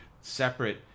separate